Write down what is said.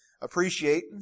appreciate